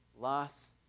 loss